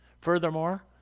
Furthermore